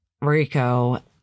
Rico